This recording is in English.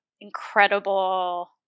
incredible